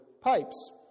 pipes